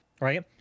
right